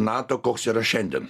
nato koks yra šiandien